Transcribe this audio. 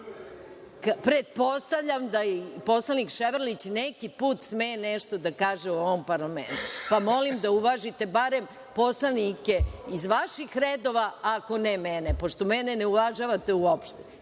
Pretpostavljam da i poslanik Ševarlić neki put sme nešto da kaže u ovom parlamentu, pa molim da uvažite barem poslanike iz vaših redova, ako ne mene, pošto mene ne uvažavate uopšte.